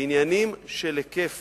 בעניינים של היקף